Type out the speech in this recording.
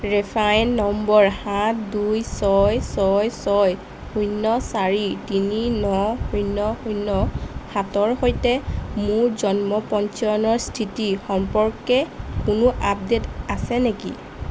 reference number সাত দুই ছয় ছয় ছয় শূন্য চাৰি তিনি ন শূন্য শূন্য সাতৰ সৈতে মোৰ জন্ম পঞ্জীয়নৰ স্থিতি সম্পৰ্কে কোনো আপডেট আছে নেকি